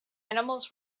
animals